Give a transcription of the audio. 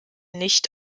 nicht